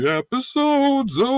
episode's